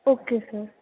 okay sir